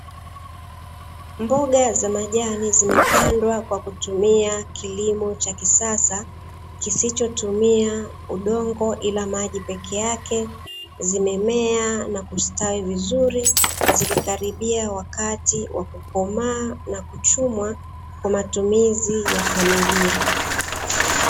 Mboga za majani zimepandwa kwa kutumia kilimo cha kisasa kisichotumia udongo ila maji pekee yake, zimemea na kustawi vizuri zikikaribia wakati wa kukomaa na kuchumwa kwa matumizi ya familia.